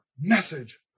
message